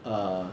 uh